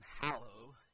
hallow